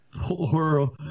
Poor